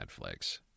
Netflix